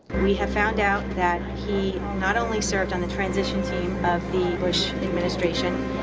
we have found out that he not only served on the transition team of the bush administration,